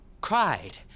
cried